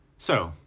so,